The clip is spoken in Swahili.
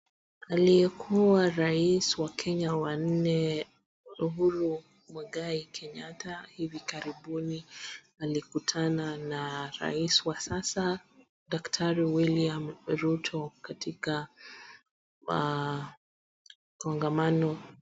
Aliyekuwa rais wa Kenya wa nne Uhuru Muigai Kenyatta hivi karibuni alikutana na rais wa sasa daktari Wiliam Ruto katika kongamano.